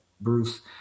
Bruce